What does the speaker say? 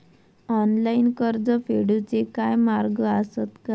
Online कर्ज फेडूचे काय मार्ग आसत काय?